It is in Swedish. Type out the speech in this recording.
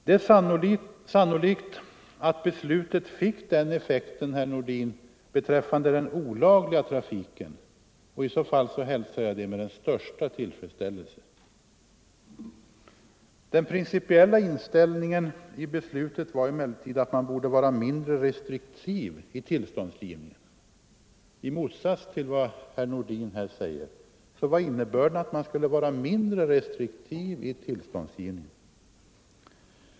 Det är sannolikt, herr Nordin, att beslutet fick den effekten beträffande den olagliga trafiken. I så fall hälsar jag det med största tillfredsställelse. Den principiella inställningen i beslutet var emellertid att man borde vara mindre restriktiv vid tillståndsgivningen — i motsats till vad herr Nordin här säger var innebörden således att man skulle vara mindre restriktiv vid tillståndsgivningen.